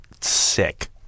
sick